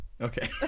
okay